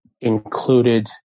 included